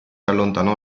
allontanò